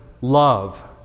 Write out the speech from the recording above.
love